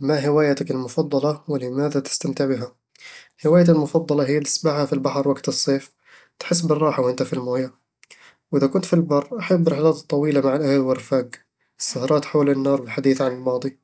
ما هوايتك المفضلة، ولماذا تستمتع بها؟ هوايتي المفضلة هي السباحة في البحر وقت الصيف، تحس بالراحة وانت في المويه. وإذا كنت في البر، أحب الرحلات الطويلة مع الأهل والرفاق، السهرات حول النار والحديث عن الماضي